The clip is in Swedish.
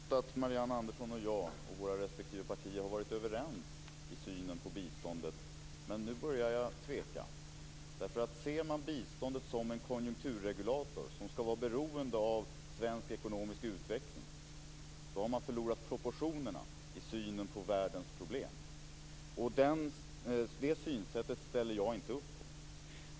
Fru talman! Jag har trott att Marianne Andersson och jag och våra respektive partier har varit överens i synen på biståndet. Men nu börjar jag tveka. Om man ser biståndet som en konjunkturregulator, som skall vara beroende av svensk ekonomisk utveckling, då har man förlorat proportionerna i synen på världens problem. Det synsättet ställer jag inte upp på.